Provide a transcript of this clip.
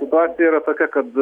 situacija yra tokia kad